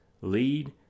lead